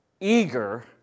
eager